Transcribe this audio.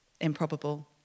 improbable